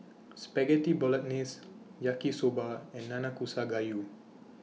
Spaghetti Bolognese Yaki Soba and Nanakusa Gayu